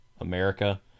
America